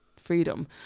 freedom